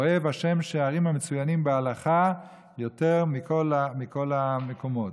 אוהב ה' שערים המצוינים בהלכה יותר מכל המקומות.